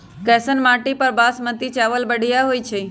कैसन माटी पर बासमती चावल बढ़िया होई छई?